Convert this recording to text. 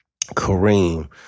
Kareem